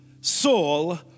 Saul